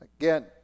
Again